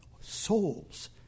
souls